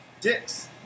Dicks